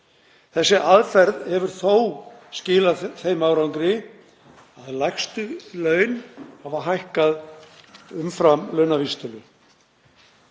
Þessi aðferð hefur þó skilað þeim árangri að lægstu laun hafa hækkað umfram launavísitölu.